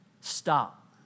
Stop